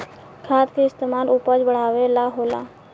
खाद के इस्तमाल उपज बढ़ावे ला होला